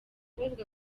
umukobwa